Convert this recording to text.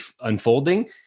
unfolding